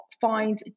find